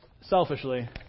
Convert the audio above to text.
selfishly